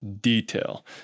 detail